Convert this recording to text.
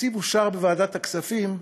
"התקציב אושר בוועדת הכספים,